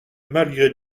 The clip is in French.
malgré